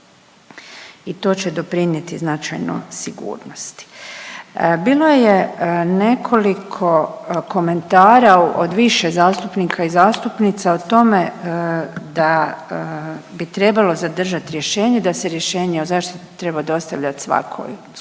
i to će doprinjeti značajno sigurnosti. Bilo je nekoliko komentara od više zastupnika i zastupnica o tome da bi trebalo zadržat rješenje, da se rješenje o zaštiti treba dostavljat svakom korisniku,